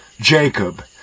Jacob